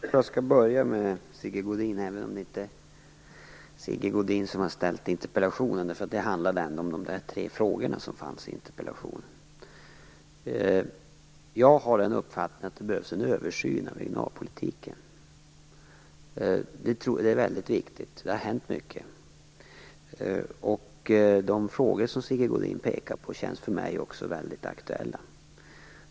Fru talman! Jag börjar med att kommentera det som Sigge Godin sade, även om det inte är han som har framställt interpellationen. Jag har den uppfattningen att det behövs en översyn av regionalpolitiken. Det har hänt mycket. De frågor som Sigge Godin tar upp känns också för mig väldigt aktuella.